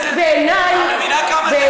את מבינה כמה זה עצוב?